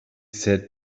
said